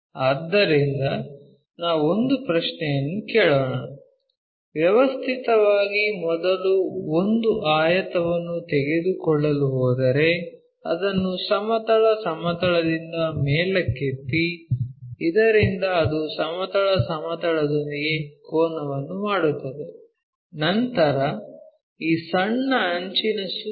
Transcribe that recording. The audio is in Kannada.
ಆದ್ದರಿಂದ ನಾವು ಒಂದು ಪ್ರಶ್ನೆಯನ್ನು ಕೇಳೋಣ ವ್ಯವಸ್ಥಿತವಾಗಿ ಮೊದಲು ಒಂದು ಆಯತವನ್ನು ತೆಗೆದುಕೊಳ್ಳಲು ಹೋದರೆ ಅದನ್ನು ಸಮತಲ ಸಮತಲದಿಂದ ಮೇಲಕ್ಕೆತ್ತಿ ಇದರಿಂದ ಅದು ಸಮತಲ ಸಮತಲದೊಂದಿಗೆ ಕೋನವನ್ನು ಮಾಡುತ್ತದೆ ನಂತರ ಈ ಸಣ್ಣ ಅಂಚಿನ ಸುತ್ತ ತಿರುಗಿಸಿ